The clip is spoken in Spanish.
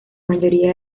mayoría